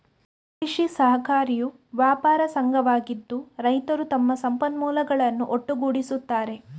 ಕೃಷಿ ಸಹಕಾರಿಯು ವ್ಯಾಪಾರ ಸಂಘವಾಗಿದ್ದು, ರೈತರು ತಮ್ಮ ಸಂಪನ್ಮೂಲಗಳನ್ನು ಒಟ್ಟುಗೂಡಿಸುತ್ತಾರೆ